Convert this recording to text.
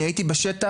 אני הייתי בשטח,